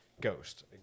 Ghost